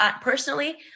Personally